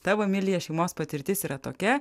tavo emilija šeimos patirtis yra tokia